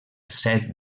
set